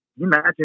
Imagine